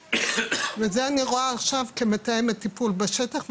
זה אני רואה עכשיו כמתאמת טיפול בשטח.